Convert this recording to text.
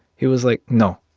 he was like, no,